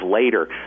later